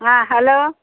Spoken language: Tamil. ஆ ஹலோ